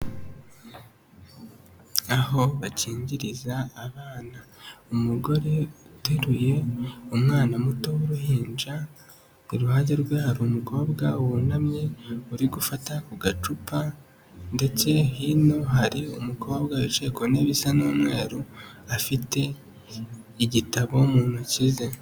Aho bakingiriza abana, umugore uteruye umwana muto w'uruhinja, iruhande rwe hari umukobwa wunamye, uri gufata ku gacupa ndetse hino hari umukobwa wicaye ku ntebe isa n'umweru, afite igitabo mu ntoki ze.